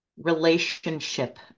relationship